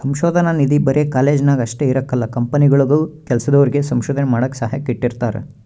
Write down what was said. ಸಂಶೋಧನಾ ನಿಧಿ ಬರೆ ಕಾಲೇಜ್ನಾಗ ಅಷ್ಟೇ ಇರಕಲ್ಲ ಕಂಪನಿಗುಳಾಗೂ ಕೆಲ್ಸದೋರಿಗೆ ಸಂಶೋಧನೆ ಮಾಡಾಕ ಸಹಾಯಕ್ಕ ಇಟ್ಟಿರ್ತಾರ